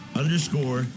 underscore